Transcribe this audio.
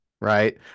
right